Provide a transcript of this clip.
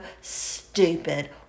stupid